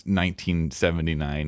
1979